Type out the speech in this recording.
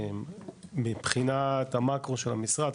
מבחינת המקרו של המשרד,